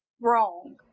wrong